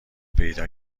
پیدا